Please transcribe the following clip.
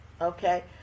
okay